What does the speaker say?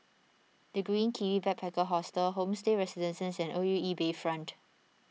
the Green Kiwi Backpacker Hostel Homestay Residences and O U E Bayfront